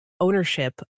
ownership